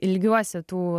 ilgiuosi tų